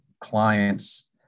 clients